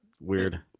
weird